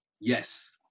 Yes